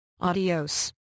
Adios